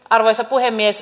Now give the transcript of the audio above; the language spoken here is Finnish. arvoisa puhemies